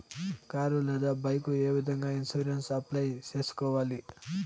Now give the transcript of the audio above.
car లేదా bike ఏ విధంగా ఇన్సూరెన్సు అప్లై సేసుకోవాలి